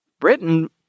Britain